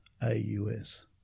A-U-S